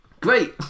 Great